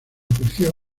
creció